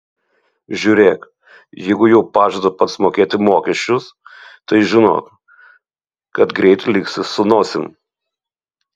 žiūrėk jeigu jau pažada pats mokėti mokesčius tai žinok kad greit liksi su nosim